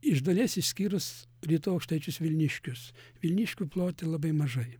iš dalies išskyrus rytų aukštaičius vilniškius vilniškių plote labai mažai